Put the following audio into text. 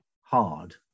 hard